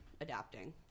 adapting